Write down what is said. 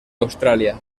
australia